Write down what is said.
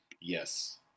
Yes